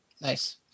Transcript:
Nice